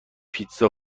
پیتزا